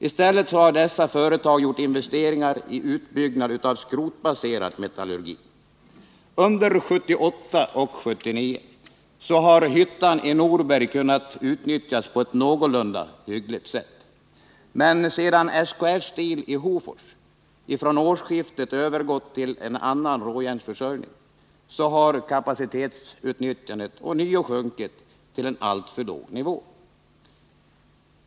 I stället har dessa företag gjort investeringar i utbyggnad av skrotbaserad metallurgi. Under 1978 och 1979 har hyttan i Norberg kunnat utnyttjas på ett någorlunda hyggligt sätt, men sedan SKF-Steel i Hofors från årsskiftet övergått till en annan råjärnsförsörjning har kapacitetsutnyttjandet ånyo sjunkit till en alltför låg nivå.